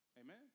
Amen